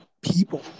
people